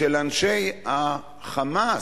של אנשי ה"חמאס",